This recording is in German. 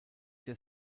der